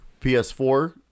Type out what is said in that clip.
PS4